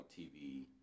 TV